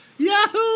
Yahoo